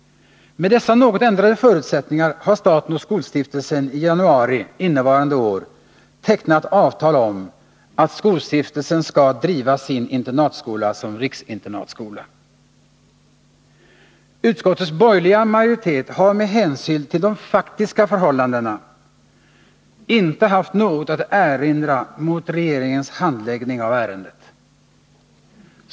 Med dessa något ändrade förutsättningar har staten och skolstiftelsen i januari innevarande år tecknat avtal om att skolstiftelsen skall driva sin internatskola som riksinternatskola. Utskottets borgerliga majoritet har med hänsyn till de faktiska förhållandena inte haft något att erinra mot regeringens handläggning av ärendet.